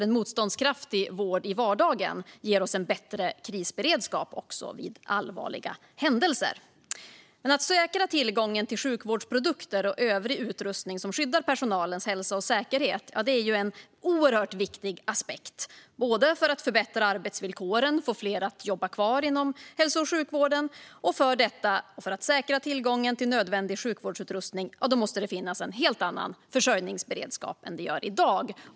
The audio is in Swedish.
En motståndskraftig vård i vardagen ger oss nämligen en bättre krisberedskap också vid allvarliga händelser. Att säkra tillgången till sjukvårdsprodukter och övrig utrustning som skyddar personalens hälsa och säkerhet är en oerhört viktig aspekt för att förbättra arbetsvillkoren och få fler att vilja jobba kvar. För att säkra tillgången till nödvändig sjukvårdsutrustning måste det finnas en helt annan försörjningsberedskap än det gör i dag.